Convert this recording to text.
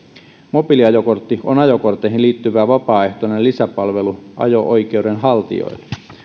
mobiiliajokortti on ajokortteihin liittyvä vapaaehtoinen lisäpalvelu ajo oikeuden haltijoille